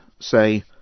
say